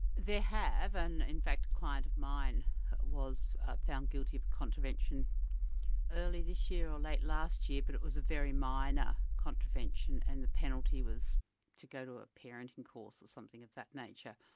there have, and in fact a client of mine was found guilty of contravention early this year, or late last year, but it was a very minor contravention and the penalty was to go to a parenting course or something of that nature.